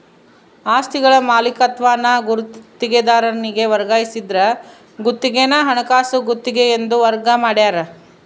ಆಸ್ತಿಗಳ ಮಾಲೀಕತ್ವಾನ ಗುತ್ತಿಗೆದಾರನಿಗೆ ವರ್ಗಾಯಿಸಿದ್ರ ಗುತ್ತಿಗೆನ ಹಣಕಾಸು ಗುತ್ತಿಗೆ ಎಂದು ವರ್ಗ ಮಾಡ್ಯಾರ